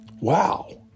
Wow